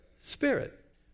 spirit